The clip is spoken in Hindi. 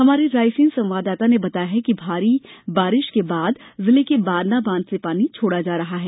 हमारे रायसेन संवाददाता ने बताया है कि भारी बारिश के बाद जिले के बारना बांध से पानी छोड़ा जा रहा है